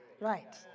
Right